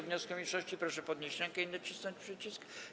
wniosku mniejszości, proszę podnieść rękę i nacisnąć przycisk.